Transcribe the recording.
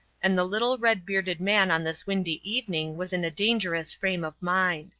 and the little red-bearded man on this windy evening was in a dangerous frame of mind.